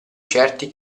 certi